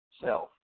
self